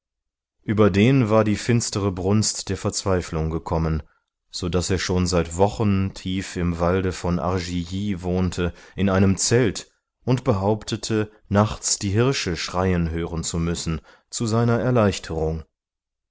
über den war die finstere brunst der verzweiflung gekommen so daß er schon seit wochen tief im walde von argilly wohnte in einem zelt und behauptete nachts die hirsche schreien hören zu müssen zu seiner erleichterung